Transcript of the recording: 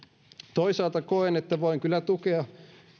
toisaalta koen että voin kyllä tukea